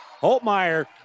Holtmeyer